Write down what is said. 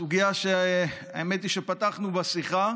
סוגיה שהאמת היא שפתחנו בה שיחה,